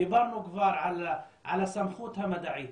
דיברנו כבר על הסמכות המדעית,